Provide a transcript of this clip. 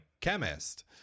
chemist